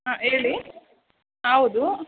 ಹಾಂ ಹೇಳಿ ಹಾಂ ಹೌದು